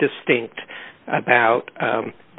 distinct about